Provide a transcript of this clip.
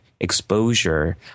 exposure